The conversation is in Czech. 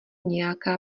nějaká